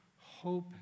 hope